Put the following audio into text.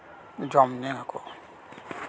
ᱡᱚᱢ ᱧᱩᱭᱟ ᱠᱚ